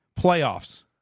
Playoffs